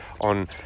on